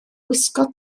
gwisgo